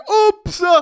Oops